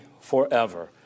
forever